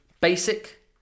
basic